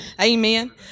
Amen